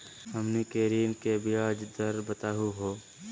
हमनी के ऋण के ब्याज दर बताहु हो?